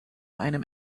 einem